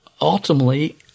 ultimately